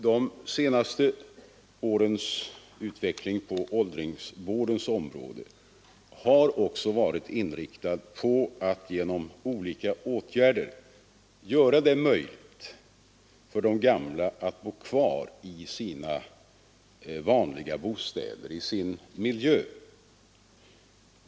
De senaste årens utveckling på åldringsvårdens område har också varit inriktad på att genom olika åtgärder göra det möjligt för de gamla att bo kvar i sina vanliga bostäder, i sin egen miljö.